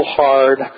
hard